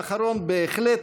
מה יש להם להגיד,